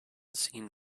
seen